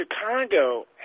Chicago